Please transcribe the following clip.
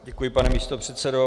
Děkuji, pane místopředsedo.